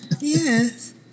Yes